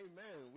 Amen